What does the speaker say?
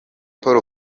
paul